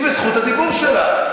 היא ברשות הדיבור שלה.